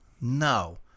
No